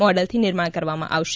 મોડલથી નિર્માણ કરવામાં આવશે